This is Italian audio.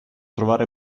trovare